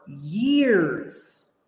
years